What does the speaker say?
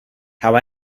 how